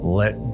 let